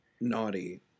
naughty